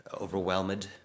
overwhelmed